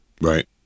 Right